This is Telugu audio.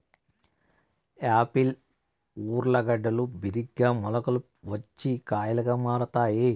యాపిల్ ఊర్లగడ్డలు బిరిగ్గా మొలకలు వచ్చి కాయలుగా ఊరుతాయి